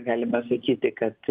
galima sakyti kad